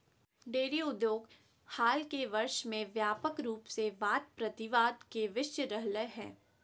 dairy उद्योग हाल के वर्ष में व्यापक रूप से वाद प्रतिवाद के विषय रहलय हें